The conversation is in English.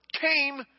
came